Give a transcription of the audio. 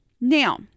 now